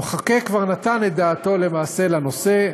המחוקק כבר נתן את דעתו למעשה לנושא,